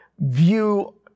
view